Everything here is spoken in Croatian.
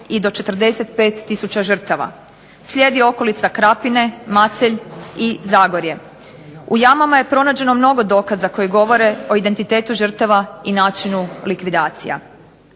i do 45 tisuća žrtava. Slijedi okolica Krapine, Macelj, i Zagorje. U jamama je pronađeno mnogo dokaza koji govore o identitetu žrtava i načinu likvidacija.